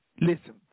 Listen